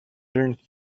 learned